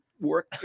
work